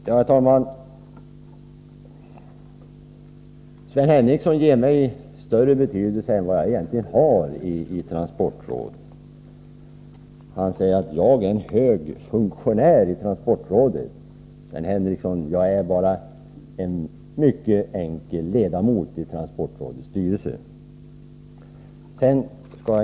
Herr talman! Sven Henricsson tillskriver mig större betydelse i transportrådet än den jag egentligen har. Han sade att jag är en hög funktionär i transportrådet. Sven Henricsson, jag är bara en mycket enkel ledamot i transportrådets styrelse.